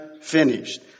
finished